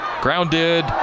grounded